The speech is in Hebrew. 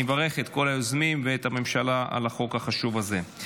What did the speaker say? אני מברך את כל היוזמים ואת הממשלה על החוק החשוב הזה.